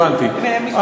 הבנתי,